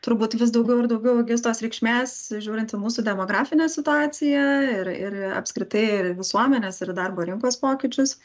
turbūt vis daugiau ir daugiau įgis tos reikšmės žiūrint į mūsų demografinę situaciją ir ir apskritai ir į visuomenės ir į darbo rinkos pokyčius